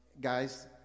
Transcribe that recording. guys